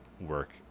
work